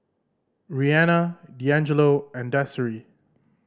Rihanna Deangelo and Desiree